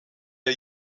der